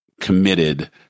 committed